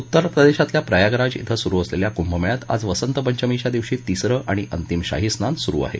उत्तरप्रदेशातल्या प्रयागराज क्रिं सुरु असलेल्या कुंभमेळ्यात आज वसंतपंचमीच्या दिवशी तिसरं आणि अंतिम शाहीस्नान सुरु आहे